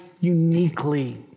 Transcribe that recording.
uniquely